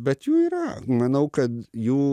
bet jų yra manau kad jų